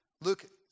Luke